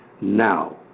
now